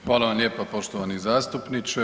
Hvala vam lijepo poštovani zastupniče.